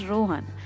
Rohan